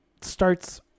starts